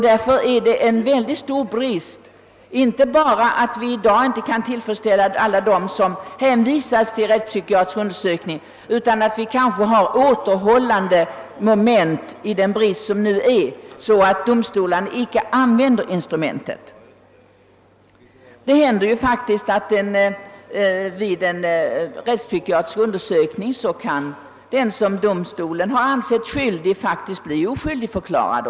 Därför är det en allvarlig brist, då vi i dag inte kan tillfredsställande ta hand om alla som hänvisas till rättspsykiatrisk undersökning, och än mer då bristen på resurser blir ett återhållande moment för domstolarna att använda detta instrumentet för rättssäkerheten. Det händer ju faktiskt vid rättspsykiatriska undersökningar, att den som domstolen har ansett skyldig blir oskyldigförklarad.